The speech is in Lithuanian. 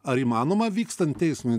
ar įmanoma vykstant teismui